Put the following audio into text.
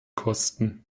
kosten